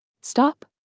Stop